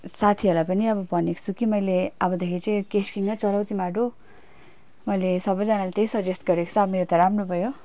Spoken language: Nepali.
साथीहरूलाई पनि अब भनेको छु कि मैले अबदेखि चाहिँ केश किङ नै चलाऊ तिमीहरू मैले सबैजनालाई त्यही सजेस्ट गरेको छु अब मेरो त राम्रो भयो